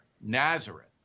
Nazareth